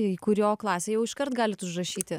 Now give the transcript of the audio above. į kurio klasę jau iškart galit užrašyti